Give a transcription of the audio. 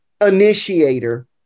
initiator